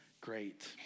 great